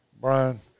Brian